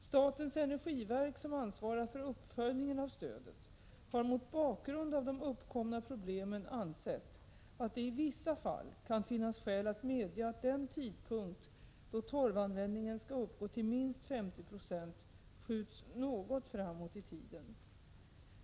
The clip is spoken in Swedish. Statens energiverk, som ansvarar för uppföljningen av stödet, har mot bakgrund av de uppkomna problemen ansett att det i vissa fall kan finnas skäl att medge att den tidpunkt då torvanvändningen skall uppgå till minst 50 96 skjuts något framåt i tiden.